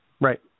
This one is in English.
Right